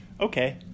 Okay